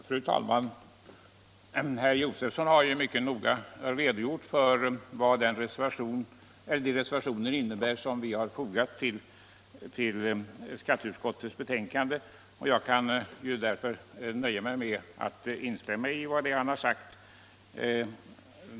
Fru talman! Herr Josefson har mycket noga redogjort för vad de reservationer innebär som vi har fogat vid utskottsbetänkandet, och jag kan därför nöja mig med att instämma i vad han har sagt.